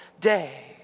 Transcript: day